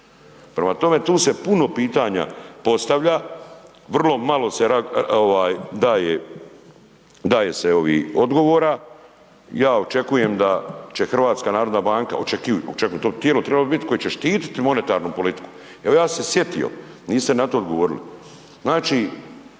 prema tome tu se puno pitanja postavlja, vrlo malo se ovaj daje, daje se ovi odgovora, ja očekujem da će HNB, očekujem, to bi tijelo trebalo bit koje će štititi monetarnu politiku, evo ja sam se sjetio, niste na to odgovorili,